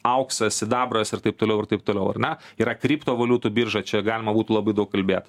auksas sidabras ir taip toliau ir taip toliau ar ne yra kriptovaliutų birža čia galima būtų labai daug kalbėt